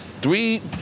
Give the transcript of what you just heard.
Three